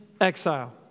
exile